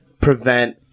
prevent